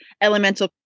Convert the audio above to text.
elemental